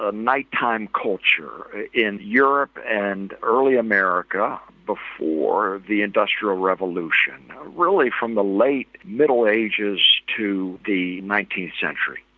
ah night-time culture in europe and early america before the industrial revolution, really from the late middle ages to the nineteenth century.